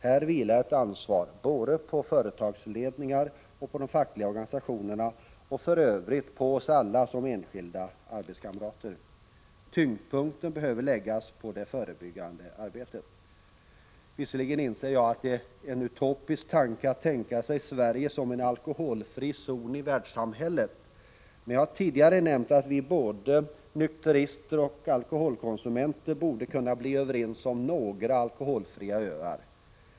Här vilar ett ansvar både på företagsledningar och på fackliga organisationer och för övrigt på oss alla som enskilda arbetskamrater. Tyngdpunkten måste läggas på det förebyggande arbetet. Visserligen inser jag att det är utopiskt att tänka sig Sverige som en alkoholfri zon i världssamhället, men jag har tidigare nämnt att vi alla, både nykterister och alkoholkonsumenter, borde kunna bli överens om några ”alkoholfria öar”.